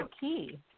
key